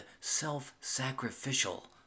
self-sacrificial